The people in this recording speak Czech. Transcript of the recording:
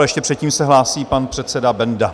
Ještě předtím se hlásí pan předseda Benda.